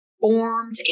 formed